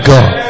God